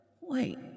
Wait